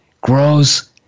grows